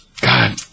God